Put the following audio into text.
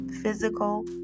physical